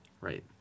Right